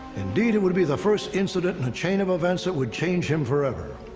indeed, it would be the first incident in a chain of events that would change him forever.